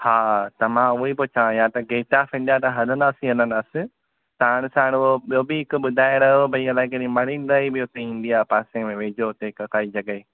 हा त मां उहो ई पुछां या त गेट ऑफ़ इंडिया त हलंदासीं ई हलंदासीं त हाणे छा रुगो ॿियो बि हिकु ॿुधाए रहियो हो भई अलाए कहिड़ी मरीन ड्राइव बि हुते ईंदी आहे पासे में वेझो उते काई जॻहि